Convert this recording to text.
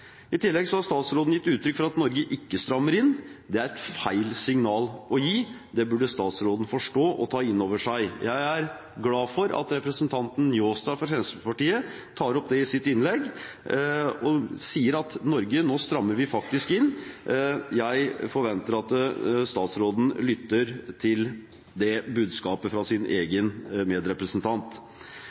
I tillegg har statsråden gitt uttrykk for at Norge ikke strammer inn. Det er et feil signal å gi, det burde statsråden forstå og ta inn over seg. Jeg er glad for at representanten Njåstad fra Fremskrittspartiet tar opp det i sitt innlegg og sier at Norge nå faktisk strammer inn. Jeg forventer at statsråden lytter til det budskapet fra sin egen medrepresentant.